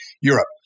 Europe